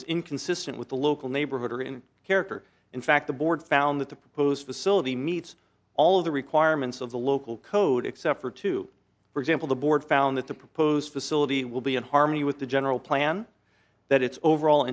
is inconsistent with the local neighborhood or in character in fact the board found that the proposed facility meets all of the requirements of the local code except for two for example the board found that the proposed facility will be in harmony with the general plan that its overall